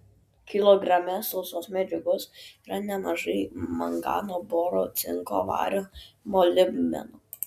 kilograme sausos medžiagos yra nemažai mangano boro cinko vario molibdeno